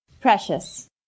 Precious